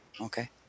Okay